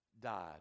died